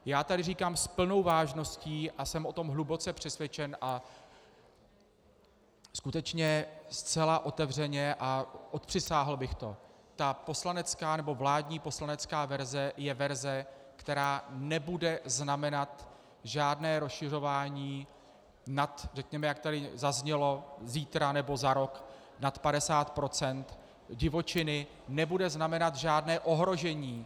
Já tady říkám s plnou vážností a jsem o tom hluboce přesvědčen a skutečně zcela otevřeně a odpřisáhl bych to, ta poslanecká, nebo vládní poslanecká verze je verze, která nebude znamenat žádné rozšiřování nad, řekněme, jak tady zaznělo, zítra nebo za rok, nad 50 % divočiny, nebude znamenat žádné ohrožení.